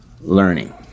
learning